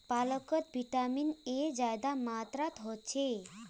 पालकोत vitamin A ज्यादा मात्रात होछे